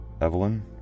Evelyn